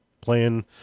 playing